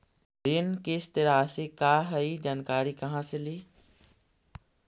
ऋण किस्त रासि का हई जानकारी कहाँ से ली?